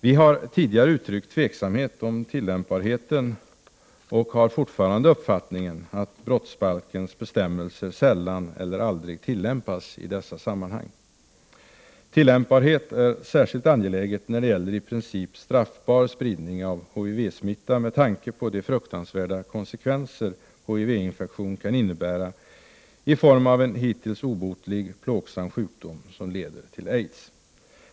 Vi har tidigare uttryckt tveksamhet om tillämpbarheten och har fortfarande uppfattningen att brottsbalkens bestämmelser sällan eller aldrig tillämpas i dessa sammanhang. Tillämpbarhet är särskilt angelägen när det gäller i princip straffbar spridning av HIV-smitta med tanke på de fruktansvärda konsekvenser HIV-infektion kan innebära i form av en hittills obotlig, plågsam sjukdom som leder till aids.